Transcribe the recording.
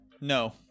No